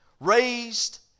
raised